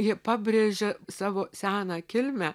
jie pabrėžė savo seną kilmę